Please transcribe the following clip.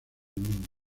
mundo